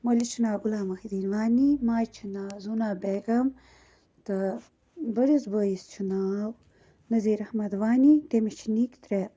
مٲلِس چھُ ناو غُلام محی الدیٖن وانی ماجہِ چھُ ناو زوٗنا بیگم تہٕ بٔڑِس بٲیِس چھُ ناو نذیٖر احمد وانی تٔمِس چھِ نِکۍ ترےٚ